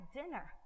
dinner